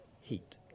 heat